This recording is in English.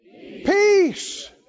peace